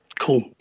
Cool